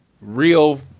real